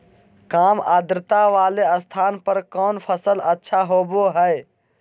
काम आद्रता वाले स्थान पर कौन फसल अच्छा होबो हाई?